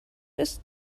ist